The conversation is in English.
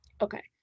okay